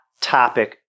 topic